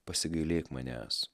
pasigailėk manęs